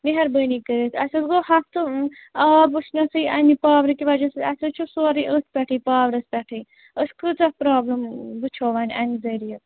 مہربٲنی کٔرِتھ اَسہِ حظ گوٚو ہَفتہٕ آب وُچھنَسٕے اَمہِ پاورٕکہِ وجہ سۭتۍ اَسہِ حظ چھُ سورُے أتھۍ پٮ۪ٹھٕے پاورَس پٮ۪ٹھٕے أسۍ کٕژاہ پرٛابلِم وُچھو وۅنۍ اَمہِ ذٔریعہِ